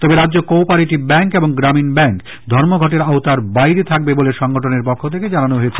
তবে রাজ্য cooperative bank ও গ্রামীণ ব্যাঙ্ক ধর্মঘটের আওতার বাইরে থাকবে বলে সংগঠনের পক্ষ থেকে জানানো হয়েছে